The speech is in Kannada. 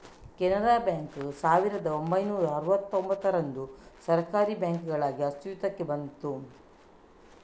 ಕೆನರಾ ಬ್ಯಾಂಕು ಸಾವಿರದ ಒಂಬೈನೂರ ಅರುವತ್ತೂಂಭತ್ತರಂದು ಸರ್ಕಾರೀ ಬ್ಯಾಂಕಾಗಿ ಅಸ್ತಿತ್ವಕ್ಕೆ ಬಂತು